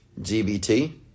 GBT